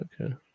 Okay